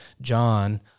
John